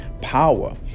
power